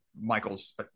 Michael's